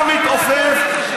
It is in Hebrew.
אתה מתעופף,